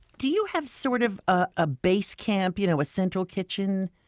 do you have sort of ah a base camp, you know a central kitchen?